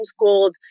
homeschooled